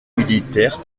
militaires